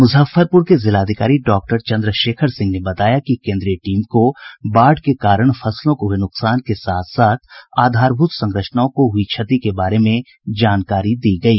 मुजफ्फरपुर के जिलाधिकारी डॉक्टर चंद्रशेखर सिंह ने बताया कि कोन्द्रीय टीम को बाढ़ के कारण फसलों को हुए नुकसान के साथ साथ आधारभूत संरचनाओं को हुई क्षति के बारे में जानकारी दी गयी